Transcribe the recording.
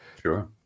Sure